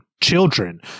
children